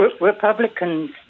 Republicans